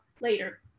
later